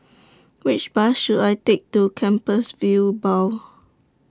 Which Bus should I Take to Compassvale Bow